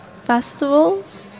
festivals